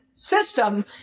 system